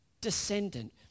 descendant